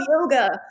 yoga